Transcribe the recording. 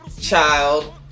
child